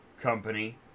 company